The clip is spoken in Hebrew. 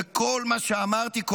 וכל מה שאמרתי,